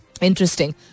Interesting